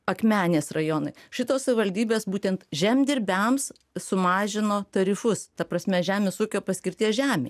akmenės rajonai šitos savivaldybės būtent žemdirbiams sumažino tarifus ta prasme žemės ūkio paskirties žemei